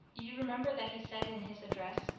you remember that he said in his address,